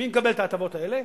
מי מקבל את ההטבות האלה?